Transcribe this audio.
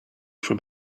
from